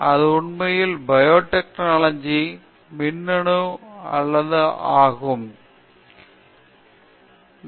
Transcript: இது உண்மையில் பயோடெக்னாலஜி மின்னணு மற்றும் வெவ்வேறு துறைகள் பயன்படுத்தப்படும்